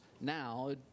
now